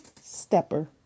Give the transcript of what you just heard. stepper